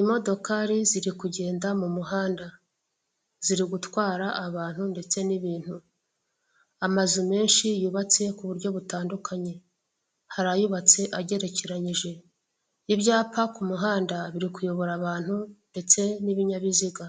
Imodokari ziri kugenda mu muhanda, ziri gutwara abantu ndetse n'ibintu, amazu menshi yubatse ku buryo butandukanye, hari ayubatse agerekeranyije. Ibyapa ku biri kuyobora abantu ndetse n'ibinyabiziga.